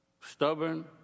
stubborn